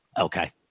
okay